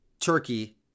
Turkey